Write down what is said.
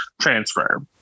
transfer